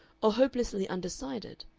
or hopelessly undecided,